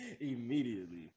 Immediately